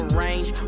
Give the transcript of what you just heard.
range